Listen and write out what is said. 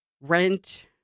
rent